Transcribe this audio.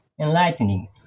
enlightening